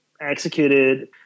executed